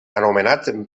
anomenat